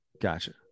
Gotcha